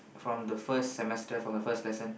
from the first semester for the first lesson